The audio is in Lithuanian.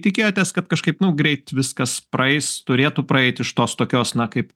tikėjotės kad kažkaip nu greit viskas praeis turėtų praeit iš tos tokios na kaip